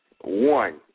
One